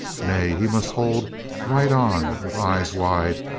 nay, he must hold right on with eyes wide,